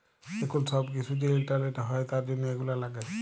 এখুল সব কিসু যে ইন্টারলেটে হ্যয় তার জনহ এগুলা লাগে